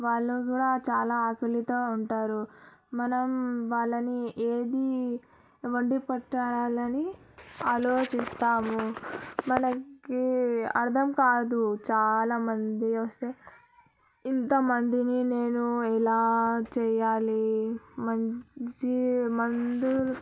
వాళ్ళు కూడా చాలా ఆకలితో ఉంటారు మనం వాళ్ళని ఏది వండి పెట్టాలని ఆలోచిస్తాము మనకి అర్థం కాదు చాలామంది వస్తే ఇంతమందిని నేను ఎలా చేయాలి మంచి మంది